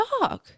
dog